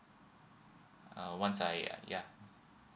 uh once I uh ya